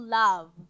love